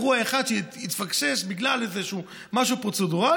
אירוע אחד שהתפקשש בגלל משהו פרוצדורלי,